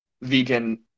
vegan